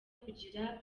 kugira